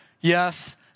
yes